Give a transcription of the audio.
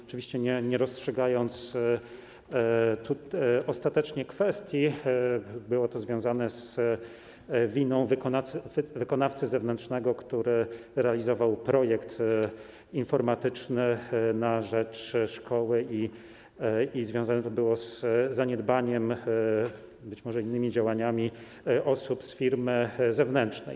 Oczywiście nie rozstrzygamy ostatecznie kwestii, było to związane z winą wykonawcy zewnętrznego, który realizował projekt informatyczny na rzecz szkoły, i związane to było z zaniedbaniem, być może z innymi działaniami osób z firmy zewnętrznej.